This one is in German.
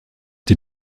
die